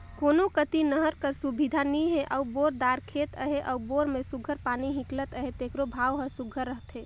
कोनो कती नहर कर सुबिधा नी हे अउ बोर दार खेत अहे अउ बोर में सुग्घर पानी हिंकलत अहे तेकरो भाव हर सुघर रहथे